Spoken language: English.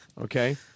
Okay